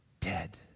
dead